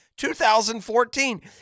2014